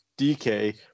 dk